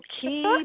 Keep